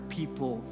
people